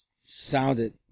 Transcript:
sounded